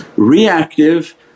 reactive